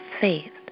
faith